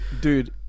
Dude